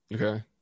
Okay